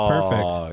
Perfect